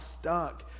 stuck